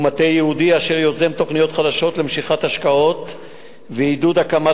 הוא מטה ייעודי אשר יוזם תוכניות חדשות למשיכת השקעות ועידוד הקמת